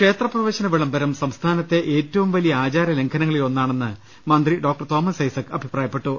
ക്ഷേത്രപ്രവേശന വിളംബരം സംസ്ഥാനത്തെ ഏറ്റവും വലിയ ആചാ രലംഘനങ്ങളിൽ ഒന്നാണെന്ന് മന്ത്രി ഡോക്ടർ തോമസ് ഐസക് പറഞ്ഞു